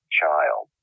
child